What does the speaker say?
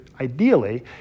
ideally